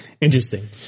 Interesting